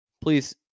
Please